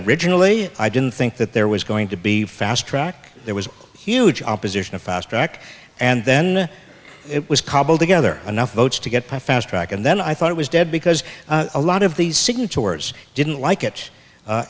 originally i didn't think that there was going to be fast track there was huge opposition of fast track and then it was cobbled together enough votes to get by fast track and then i thought it was dead because a lot of these signatures didn't like it